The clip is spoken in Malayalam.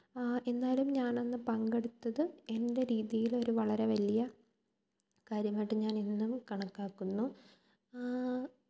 എന്നാലും ഞാനന്ന് പങ്കെടുത്തത് എന്റെ രീതിയിലൊരു വളരെ വലിയ കാര്യമായിട്ട് ഞാനിന്നും കണക്കാക്കുന്നു